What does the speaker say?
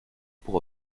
pour